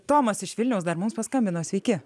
tomas iš vilniaus dar mums paskambino sveiki